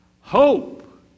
hope